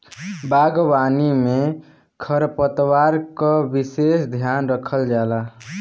बागवानी में खरपतवार क विसेस ध्यान रखल जाला